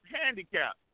handicap